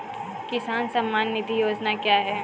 किसान सम्मान निधि योजना क्या है?